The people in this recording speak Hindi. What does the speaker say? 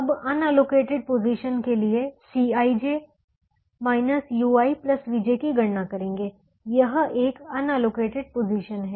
अब अनअलोकेटेड पोजीशन के लिए Cij ui vj की गणना करेंगे यह एक अनअलोकेटेड पोजीशन है